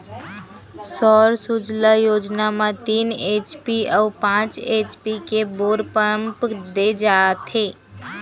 सौर सूजला योजना म तीन एच.पी अउ पाँच एच.पी के बोर पंप दे जाथेय